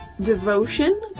devotion